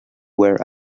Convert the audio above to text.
where